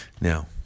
Now